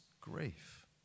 grief